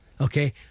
okay